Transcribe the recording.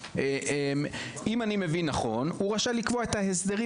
אם אני מבין נכון הוא רשאי לקבוע את ההסדרים